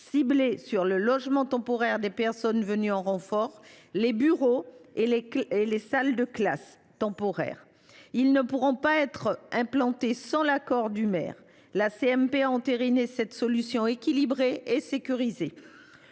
ciblé sur le logement temporaire des personnes venues en renfort, les bureaux et les salles de classe temporaires. Ces constructions ne pourront pas être implantées sans l’accord du maire. La CMP a entériné cette solution équilibrée et sécurisée.